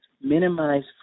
minimize